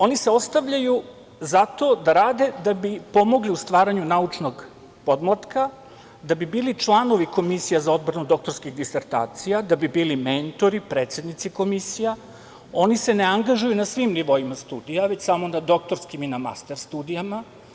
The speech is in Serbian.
Oni se ostavljaju zato da rade da bi pomogli u stvaranju naučnog podmlatka, da bi bili članovi komisija za odbranu doktorskih disertacija, da bi bili mentori, predsednici komisija, oni se ne angažuju na svim nivoima studija, već samo na doktorskim i na master studijama.